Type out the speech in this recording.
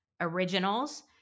Originals